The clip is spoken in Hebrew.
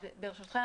ברשותכם,